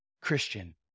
Christian